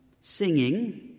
singing